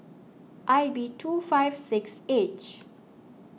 I B two five six H